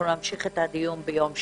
נמשיך את הדיון ביום שני.